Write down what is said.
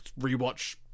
Rewatch